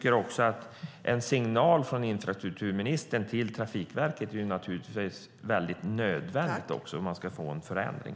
En signal från infrastrukturministern till Trafikverket är nödvändig för att få en förändring.